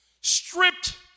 stripped